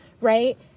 right